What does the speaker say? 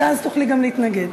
אז תוכלי גם להתנגד.